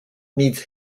needs